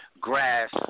grass